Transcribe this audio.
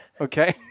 Okay